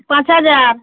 পাঁচ হাজার